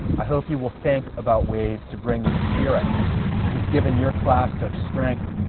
i hope you will think about ways to bring the spirit that has given your class such strength,